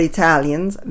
Italians